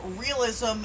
realism